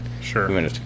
Sure